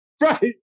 Right